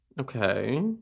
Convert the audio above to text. Okay